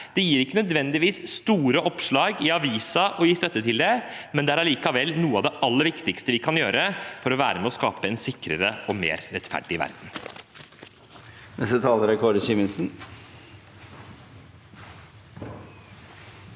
Det gir ikke nødvendigvis store oppslag i avisen å gi støtte til det, men det er allikevel noe av det aller viktigste vi kan gjøre for å være med på å skape en sikrere og mer rettferdig verden. Kåre Simensen